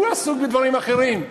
הוא עסוק בדברים אחרים.